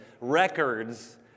records